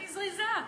אני זריזה.